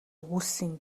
өгүүлсэн